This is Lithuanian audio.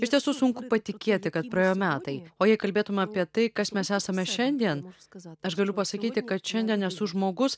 iš tiesų sunku patikėti kad praėjo metai o jei kalbėtume apie tai kas mes esame šiandien aš galiu pasakyti kad šiandien esu žmogus